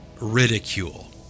ridicule